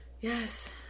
Yes